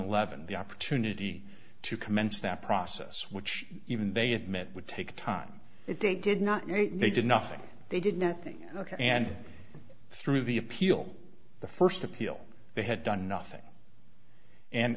eleven the opportunity to commence that process which even they admit would take time if they did not meet and they did nothing they did nothing ok and through the appeal the first appeal they had done nothing and